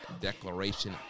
Declaration